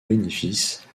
bénéfice